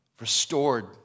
restored